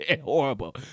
horrible